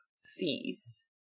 sees